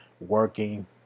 working